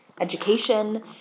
education